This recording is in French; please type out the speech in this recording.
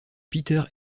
peter